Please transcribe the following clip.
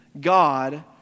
God